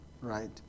right